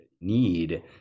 need